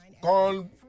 call